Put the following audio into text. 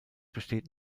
besteht